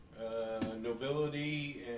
Nobility